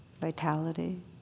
vitality